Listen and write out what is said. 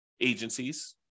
agencies